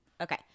Okay